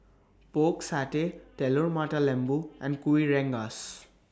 Pork Satay Telur Mata Lembu and Kuih Rengas